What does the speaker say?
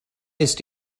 ist